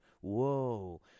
Whoa